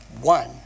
one